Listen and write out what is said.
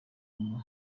ngo